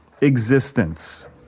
existence